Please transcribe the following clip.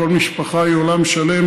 כל משפחה היא עולם שלם: